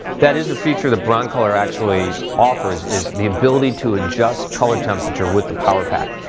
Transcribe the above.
that is a feature that broncolor actually offers is the ability to adjust color temperature with the power pack.